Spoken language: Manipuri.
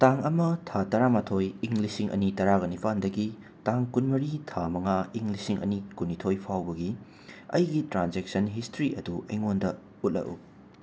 ꯇꯥꯡ ꯑꯃ ꯊꯥ ꯇꯔꯥ ꯃꯥꯊꯣꯏ ꯏꯪ ꯂꯤꯁꯤꯡ ꯑꯅꯤ ꯇꯔꯥꯒ ꯅꯤꯄꯥꯟꯗꯒꯤ ꯇꯥꯡ ꯀꯨꯟꯃꯔꯤ ꯊꯥ ꯃꯉꯥ ꯏꯪ ꯂꯤꯁꯤꯡ ꯑꯅꯤ ꯀꯨꯟꯅꯤꯊꯣꯏ ꯐꯥꯎꯕꯒꯤ ꯑꯩꯒꯤ ꯇ꯭ꯔꯥꯟꯁꯦꯛꯁꯟ ꯍꯤꯁꯇ꯭ꯔꯤ ꯑꯗꯨ ꯑꯩꯉꯣꯟꯗ ꯎꯠꯂꯛꯎ